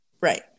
Right